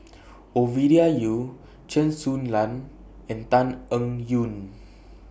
Ovidia Yu Chen Su Lan and Tan Eng Yoon